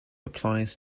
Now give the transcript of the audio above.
applies